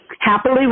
happily